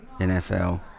NFL